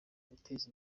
guteza